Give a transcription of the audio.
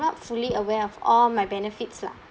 not fully aware of all my benefits lah